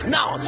Now